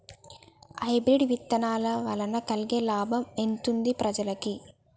Hybrid విత్తనాల వలన కలిగే లాభం ఎంతుంది ప్రజలకి?